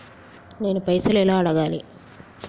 నేను పైసలు ఎలా అడగాలి?